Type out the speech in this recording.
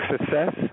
success